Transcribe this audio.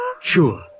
Sure